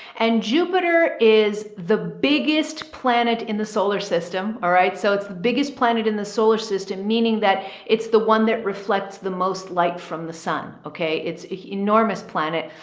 and jupiter is the biggest planet in the solar system. all right. so it's the biggest planet in the solar system, meaning that it's the one that reflects the most light from the sun. okay. it's enormous planet.